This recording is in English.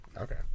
Okay